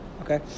Okay